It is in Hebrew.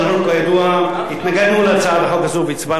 אנחנו כידוע התנגדנו להצעת החוק הזו והצבענו נגדה,